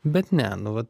bet ne nu vat